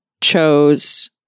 chose